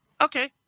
Okay